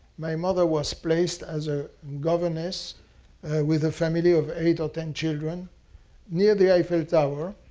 my mother was placed as a governess with a family of eight or ten children near the eiffel tower.